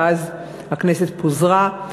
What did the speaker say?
ואז הכנסת פוזרה.